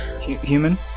Human